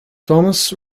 thomas